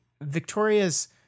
Victoria's